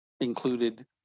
included